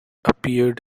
appeared